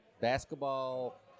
basketball